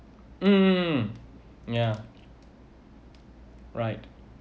mm mmhmm ya right